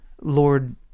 lord